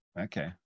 Okay